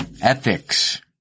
ethics